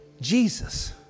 Jesus